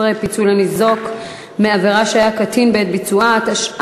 16) (פיצוי לניזוק מעבירה שהיה קטין בעת ביצועה),